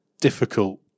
difficult